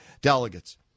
delegates